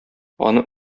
аны